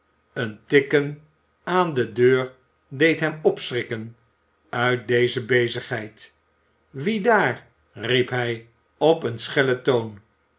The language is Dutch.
een tikken aan de deur deed hem opschrikken uit deze bezigheid wie daar riep hij op een schellen toon